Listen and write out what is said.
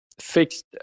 fixed